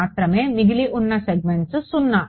మాత్రమే మిగిలిన అన్ని సెగ్మెంట్స్ 0